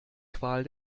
qual